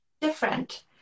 different